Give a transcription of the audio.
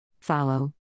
Follow